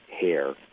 Hair